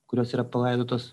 kurios yra palaidotos